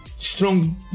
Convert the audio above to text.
strong